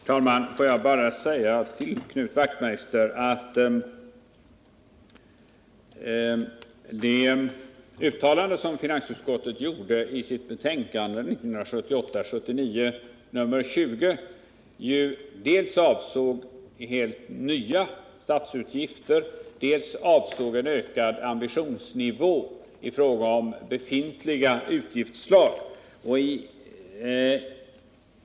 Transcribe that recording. Herr talman! Får jag bara säga till Knut Wachtmeister att det uttalande som finansutskottet gjorde i sitt betänkande 1978/79:20 dels avsåg helt nya statsutgifter, dels avsåg en ökad ambitionsnivå i fråga om befintliga utgiftsslag.